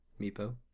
Meepo